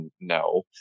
No